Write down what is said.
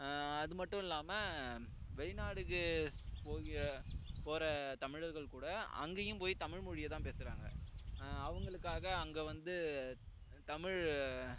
அது மட்டும் இல்லாமல் வெளிநாடுக்கு போகிற போகிற தமிழர்கள் கூட அங்கேயும் போய் தமிழ் மொழியை தான் பேசுகிறாங்க அவங்களுக்காக அங்கே வந்து தமிழ்